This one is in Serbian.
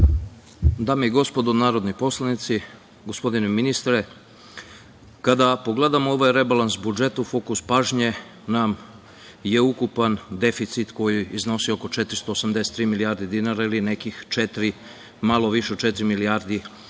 Dame i gospodo narodni poslanici, gospodine ministre, kada pogledamo ovaj rebalans budžeta u fokus pažnje nam je ukupan deficit koji iznosi oko 483 milijarde dinara ili nekih malo više od četiri milijarde